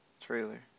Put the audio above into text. trailer